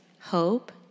hope